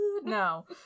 No